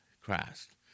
Christ